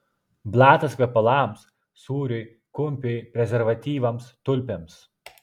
blatas kvepalams sūriui kumpiui prezervatyvams tulpėms